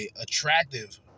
attractive